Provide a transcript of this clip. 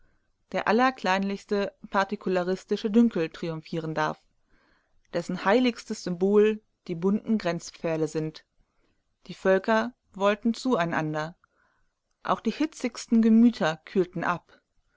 der allerkleinlichste partikularistische dünkel triumphieren darf dessen heiligstes symbol die bunten grenzpfähle sind die völker wollten zueinander auch die hitzigsten gemüter kühlten ab